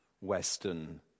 Western